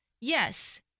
Yes